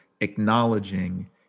acknowledging